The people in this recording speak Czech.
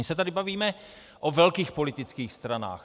My se tady bavíme o velkých politických stranách.